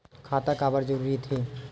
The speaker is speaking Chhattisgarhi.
खाता काबर जरूरी हो थे?